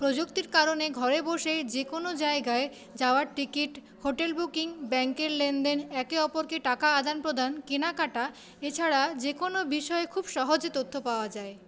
প্রযুক্তির কারণে ঘরে বসেই যে কোনো জায়গায় যাওয়ার টিকিট হোটেল বুকিং ব্যাঙ্কের লেনদেন একে অপরকে টাকা আদান প্রদান কেনাকাটা এছাড়া যে কোনো বিষয়ে খুব সহজে তথ্য পাওয়া যায়